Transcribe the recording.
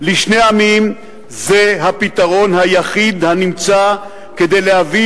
לשני עמים זה הפתרון היחיד בנמצא כדי להביא